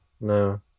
No